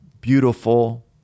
beautiful